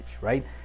right